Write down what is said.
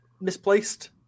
misplaced